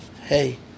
hey